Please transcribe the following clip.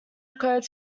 codes